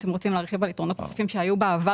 אתם רוצים להרחיב על יתרונות נוספים שהיו בעבר,